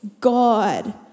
God